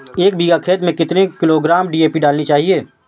एक बीघा खेत में कितनी किलोग्राम डी.ए.पी डालनी चाहिए?